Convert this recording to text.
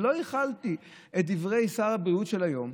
ולא הכלתי את דברי שר הבריאות של היום,